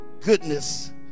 goodness